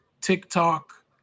TikTok